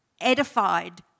edified